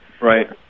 right